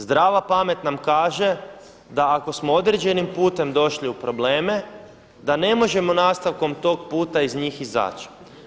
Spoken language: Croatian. Zdrava pamet nam kaže da ako smo određenim putem došli u probleme, da ne možemo nastavkom tog puta iz njih izaći.